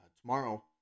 tomorrow